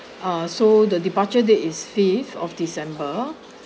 uh so the departure date is fifth of december